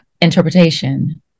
interpretation